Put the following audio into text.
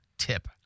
tip